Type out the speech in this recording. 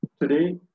Today